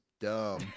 dumb